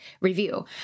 review